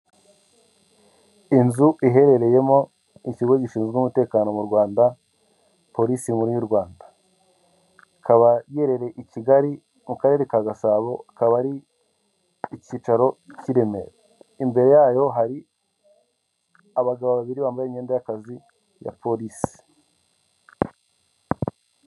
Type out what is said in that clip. Inzu iherereyemo ikigo gishinzwe umutekano mu rwanda polisi nkuru y'u rwanda. Kikaba giherereye i kigali mu karere ka gasabo akaba ari icyicaro cy'iremera, imbere yayo hari abagabo babiri bambaye imyenda y'akazi ya polisi.